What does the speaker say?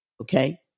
Okay